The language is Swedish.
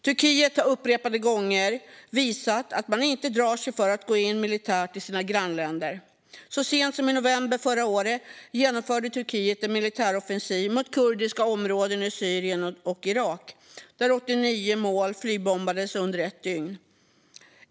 Turkiet har upprepade gånger visat att man inte drar sig för att gå in militärt i sina grannländer. Så sent som i november förra året genomförde Turkiet en militäroffensiv mot kurdiska områden i Syrien och Irak, där 89 mål flygbombades under ett dygn.